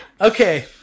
Okay